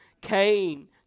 Cain